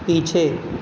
पीछे